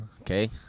Okay